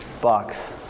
box